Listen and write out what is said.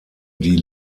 die